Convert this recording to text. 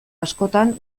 askotan